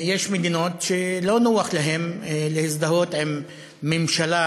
יש מדינות שלא נוח להן להזדהות עם ממשלה